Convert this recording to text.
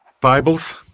Bibles